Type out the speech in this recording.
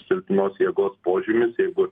silpnos jėgos požiūris jeigu